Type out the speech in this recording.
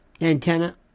antenna